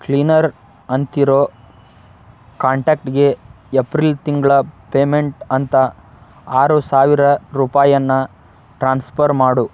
cleaner ಅಂತಿರೋ ಕಾಂಟ್ಯಾಕ್ಟ್ಗೆ April ತಿಂಗಳ ಪೇಮೆಂಟ್ ಅಂತ ಆರು ಸಾವಿರ ರೂಪಾಯಿನ್ನು ಟ್ರಾನ್ಸ್ಫರ್ ಮಾಡು